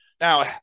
Now